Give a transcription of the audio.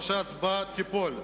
או שההצבעה תיפול,